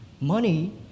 Money